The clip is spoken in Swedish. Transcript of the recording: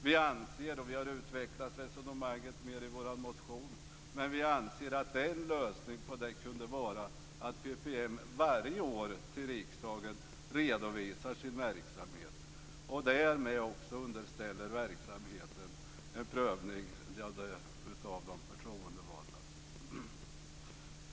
Vi anser, och vi har utvecklat resonemanget mer i vår motion, att en lösning kunde vara att PPM varje år till riksdagen redovisar sin verksamhet och därmed också underställer verksamheten en prövning av de förtroendevalda.